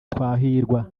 twahirwa